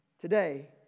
Today